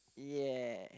ya